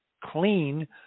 clean